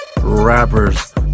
rappers